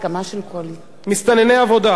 מסתנני עבודה.